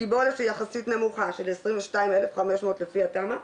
קיבולת שהיא יחסית נמוכה של 22,500 לפי התמ"א.